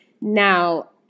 Now